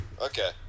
Okay